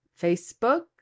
facebook